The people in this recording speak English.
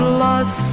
lost